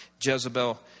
Jezebel